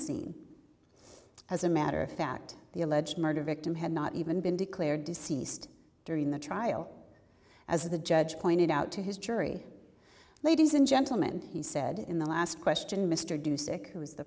scene as a matter of fact the alleged murder victim had not even been declared deceased during the trial as the judge pointed out to his jury ladies and gentlemen he said in the last question mr dusek who was the